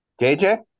KJ